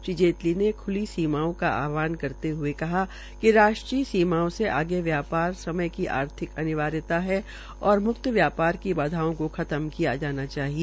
श्री जेतली ने ख्ली सीमाओं का आहवान करते हए कहा कि राष्ट्रीय सीमाओं से आगे व्यापार समय की आर्थिक अनिवार्यता है और म्क्त व्यापार की बाधाओं को खत्म किया जाना चाहिए